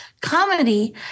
comedy